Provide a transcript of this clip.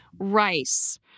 rice